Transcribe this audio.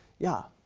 yeah.